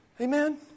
Amen